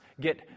get